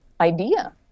idea